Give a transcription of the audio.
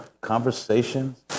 conversations